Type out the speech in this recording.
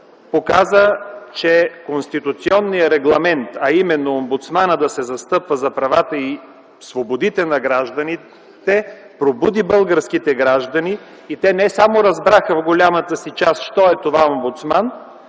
показа, че конституционният регламент, а именно омбудсманът да се застъпва за правата и свободите на гражданите, пробуди българските граждани и в голямата си част те разбраха не само що е това омбудсман,